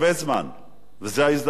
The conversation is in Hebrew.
וזו ההזדמנות שאני אומר אותה,